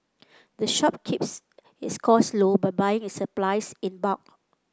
the shop keeps its cost low by buying its supplies in bulk